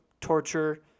torture